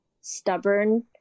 stubborn